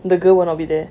the girl will not be there